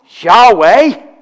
Yahweh